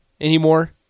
anymore